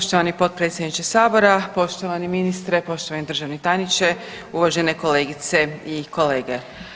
Poštovani potpredsjedniče Sabora, poštovani ministre, poštovani državni tajniče, uvažene kolegice i kolege.